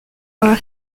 are